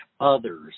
others